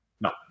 No